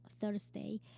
Thursday